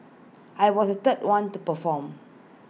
I was third one to perform